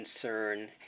concern